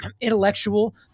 intellectual